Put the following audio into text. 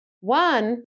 One